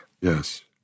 Yes